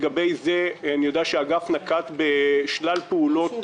אני יודע שלגבי זה שהאגף נקט שלל פעולות